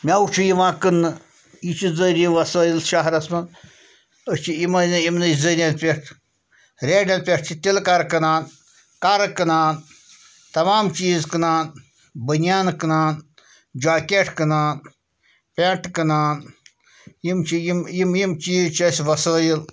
مٮ۪وٕ چھُ یِوان کٕنٛنہٕ یہِ چھُ ذٔریعہِ وَسٲیِل شہرس منٛز أسۍ چھِ یِمَے نَہ یِمنٕے ذٔریعن پٮ۪ٹھ ریڈَن پٮ۪ٹھ چھِ تِلہٕ کَرٕ کٕنان کَرٕ کٕنان تَمام چیٖز کٕنان بٔنیٛانہٕ کٕنان جاکٮ۪ٹ کٕنان پٮ۪نٛٹ کٕنان یِم چھِ یِم یِم یِم چیٖز چھِ اَسہِ وَسٲیِل